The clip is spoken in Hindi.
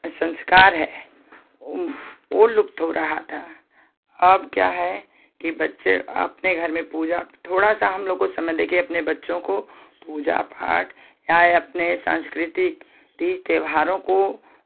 संस्कार है वह लुप्त हो रहा था अब क्या है कि बच्चे अपने घर में पूजा थोड़ा सा हम लोगों को समय देके अपने बच्चों को पूजा पाठ या अपने सांस्कृतिक तीज त्योहारों को